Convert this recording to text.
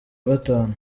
gatanu